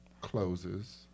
closes